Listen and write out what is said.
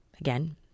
again